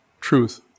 truth